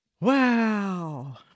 Wow